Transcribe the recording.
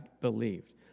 believed